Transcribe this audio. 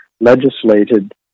legislated